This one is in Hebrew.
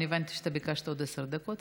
אני הבנתי שאתה ביקשת עוד עשר דקות,